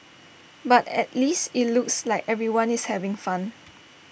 but at least IT looks like everyone is having fun